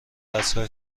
دستگاه